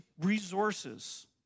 resources